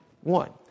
one